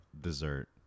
dessert